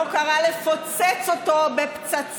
לא קרא לפוצץ אותו בפצצה.